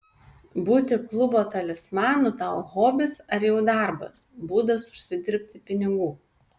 būti klubo talismanu tau hobis ar jau darbas būdas užsidirbti pinigų